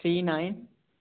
three nine